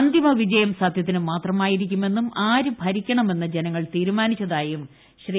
അന്തിമ വിജയം സത്യത്തിന് മാത്രമായി രിക്കുമെന്നും ആര് ഭരിക്കണമെന്ന് ജനങ്ങൾ തീരുമാനിച്ചതായും ശ്രീ